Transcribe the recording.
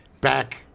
back